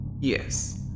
Yes